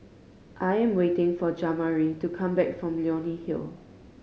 I am waiting for Jamari to come back from Leonie Hill